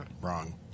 Wrong